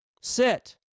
sit